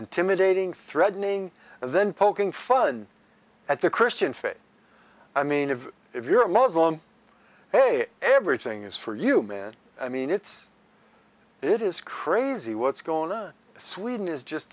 intimidating threatening and then poking fun at the christian faith i mean of if you're a muslim hey everything is for you man i mean it's it is crazy what's going on sweden is just